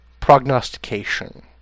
prognostication